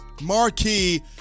marquee